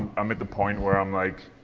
i'm at the point where i'm like,